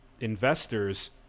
investors